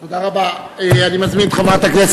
אני מציע לכם, חברים,